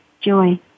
joy